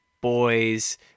boys